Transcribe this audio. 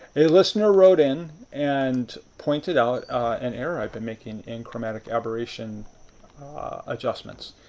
a listener wrote in and pointed out an error i've been making in chromatic aberration adjustments.